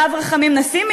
הרב רחמים נסימי,